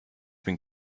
been